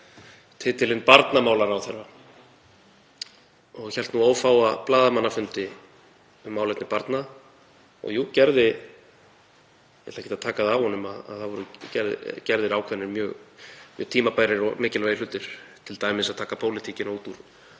titilinn barnamálaráðherra og hélt ófáa blaðamannafundi um málefni barna og jú, ég ætla ekki að taka af honum að það voru gerðir ákveðnir mjög tímabærir og mikilvægir hlutir, t.d. að taka pólitíkina út